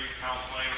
counseling